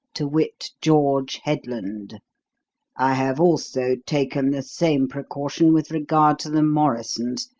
to wit george headland i have also taken the same precaution with regard to the morrisons,